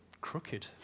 crooked